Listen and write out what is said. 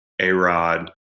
A-Rod